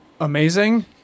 amazing